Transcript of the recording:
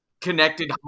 connected